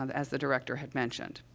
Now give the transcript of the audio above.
um as the director had mentioned.